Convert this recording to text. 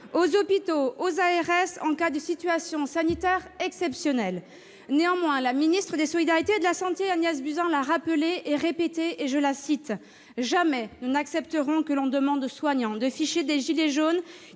aux hôpitaux et aux ARS en cas de situation sanitaire exceptionnelle. Néanmoins, la ministre des solidarités et de la santé, Agnès Buzyn, l'a rappelé et répété :« Jamais nous n'accepterons que l'on demande aux soignants de ficher des gilets jaunes